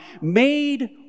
made